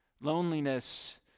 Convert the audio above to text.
loneliness